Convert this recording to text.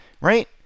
right